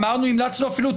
המלצנו אפילו,